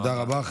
תודה רבה.